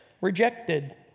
rejected